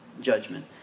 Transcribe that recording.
judgment